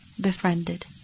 befriended